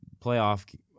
playoff